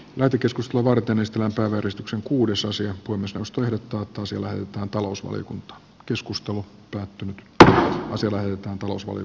jätekeskus tuo varten ystävänsä verestyksen kuudesosa ja kumiseostulehduttaa toisilleen talousvaliokunta keskustelu päättynyt tää on selvää että tulos alas